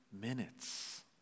minutes